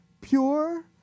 pure